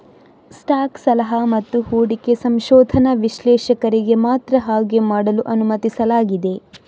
stock ಸಲಹಾ ಮತ್ತು ಹೂಡಿಕೆ ಸಂಶೋಧನಾ ವಿಶ್ಲೇಷಕರಿಗೆ ಮಾತ್ರ ಹಾಗೆ ಮಾಡಲು ಅನುಮತಿಸಲಾಗಿದೆ